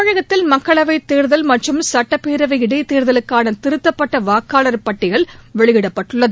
தமிழகத்தில் மக்களவைத் தேர்தல் மற்றும் சுட்டப்பேரவை இடைத் தேர்தலுக்கான திருத்தப்பட்ட வாக்காளர் பட்டியல் வெளியிடப்பட்டுள்ளது